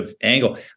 angle